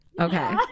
Okay